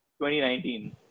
2019